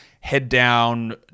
head-down